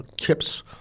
chips